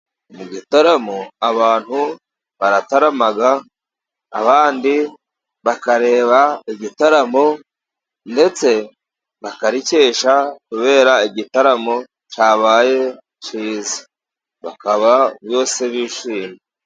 Mu gitaramo, abantu baratarama, abandi bakareba igitaramo, ndetse bakarikesha, kubera igitaramo cyabaye cyiza. Bakaba bose bishimye.